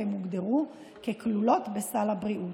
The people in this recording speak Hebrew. והן הוגדרו ככלולות בסל הבריאות.